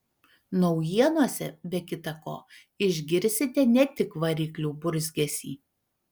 naujienose be kita ko išgirsite ne tik variklių burzgesį